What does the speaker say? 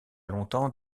longtemps